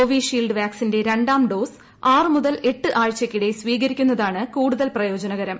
Covishield വാക്ക്സീന്റെ രണ്ടാം dose ആറ് മുതൽ എട്ട് ആഴ്ചയ്ക്കിട്ട ്സ്വീകരിക്കുന്നതാണ് കൂടുതൽ പ്രയോജനകരം